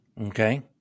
Okay